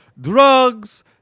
drugs